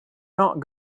not